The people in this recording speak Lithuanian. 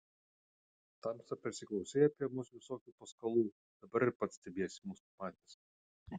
tamsta prisiklausei apie mus visokių paskalų dabar ir pats stebiesi mus pamatęs